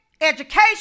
education